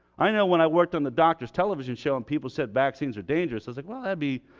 i know when i worked on the doctors television show and people said vaccines are dangerous it's like well that'll be.